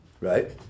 right